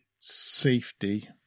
safety